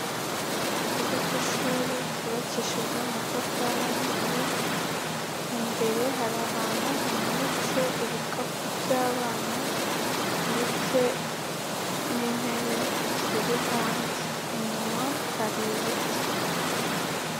Ikigo cy'ishuri cyubakishije amatafari ahiye, imbere hari ahantu hamanitse ibikapu by'abana ndetse n'intebe ziri hanze, inyuma hari ibiti.